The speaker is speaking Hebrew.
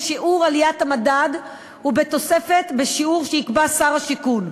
שיעור עליית המדד ובתוספת בשיעור שיקבע שר השיכון.